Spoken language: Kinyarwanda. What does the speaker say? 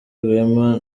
rwema